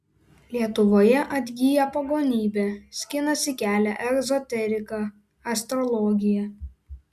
lietuvoje atgyja pagonybė skinasi kelią ezoterika astrologija